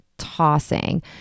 tossing